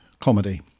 comedy